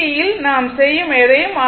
யில் நாம் செய்யும் எதையும் ஆர்